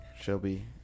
shelby